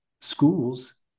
schools